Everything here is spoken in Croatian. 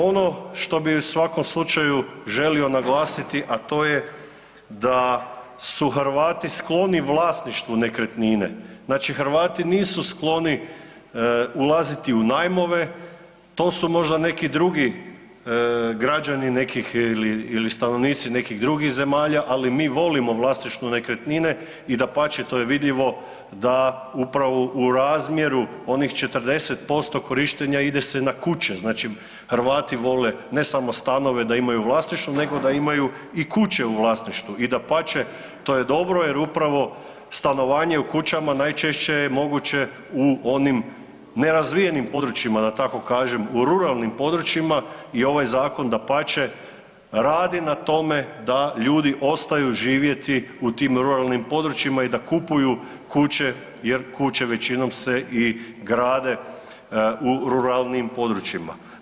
Ono što bi u svakom slučaju želio naglasiti a to je da su Hrvati skloni vlasništvu nekretnine, znači Hrvati nisu skloni ulaziti u najmove, to su možda neki drugi građani nekih, ili stanovnici nekih drugih zemalja, ali mi volimo vlasništvo nekretnine i dapače, to je vidljivo da upravo u razmjeru onih 40% korištenja ide se na kuće, znači Hrvati vole ne samo stanove da imaju vlasništvo nego da imaju i kuće u vlasništvu, i dapače, to je dobro jer upravo stanovanje u kućama najčešće je moguće u onim nerazvijenim područjima da tako kažem, u ruralnim područjima i ovaj zakon, dapače, radi na tome da ljudi ostaju živjeti u tim ruralnim područjima i da kupuju kuće jer kuće većinom se i grade u ruralnijim područjima.